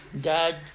Dad